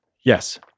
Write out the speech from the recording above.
yes